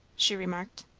she remarked.